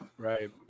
Right